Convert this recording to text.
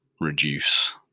reduce